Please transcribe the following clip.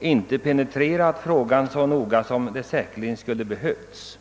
inte penetrerat frågan på det sätt som skulle ha varit behövligt.